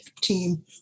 team